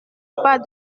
pas